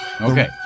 okay